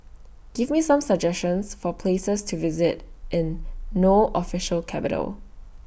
Give Me Some suggestions For Places to visit in No Official Capital